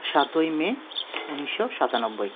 সাতই মে উনিশশো সাতানব্বই